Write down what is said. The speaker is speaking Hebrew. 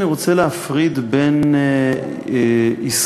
אני רוצה להפריד בין ישראלים,